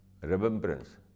remembrance